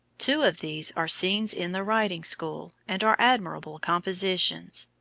two of these are scenes in the riding-school, and are admirable compositions.